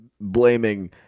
blaming